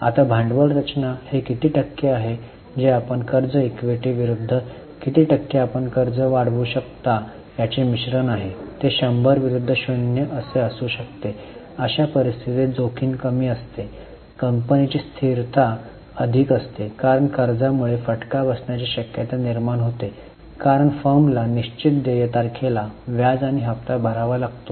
आता भांडवल रचना हे किती टक्के आहे जे आपण कर्ज इक्विटी विरूद्ध किती टक्के आपण कर्ज वाढवू शकता याचे मिश्रण आहे ते 100 विरूद्ध 0 असू शकते अशा परिस्थितीत जोखीम कमी असते कंपनीची स्थिरता अधिक असते कारण कर्जामुळे फटका बसण्याची शक्यता निर्माण होते कारण फर्मला निश्चित देय तारखेला व्याज आणि हप्ता भरावा लागतो